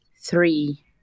Three